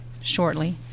shortly